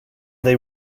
they